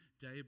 day